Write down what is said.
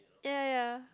ya ya